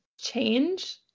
change